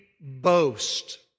boast